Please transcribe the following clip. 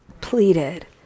pleaded